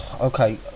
Okay